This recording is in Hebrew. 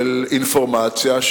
ואינפורמציה,